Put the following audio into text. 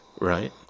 Right